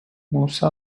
موسی